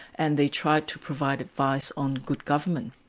and they tried to provide advice on good government.